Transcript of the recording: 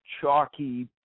chalky